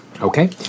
Okay